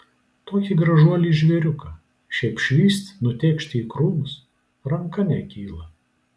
tokį gražuolį žvėriuką šiaip švyst nutėkšti į krūmus ranka nekyla